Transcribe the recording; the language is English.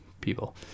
people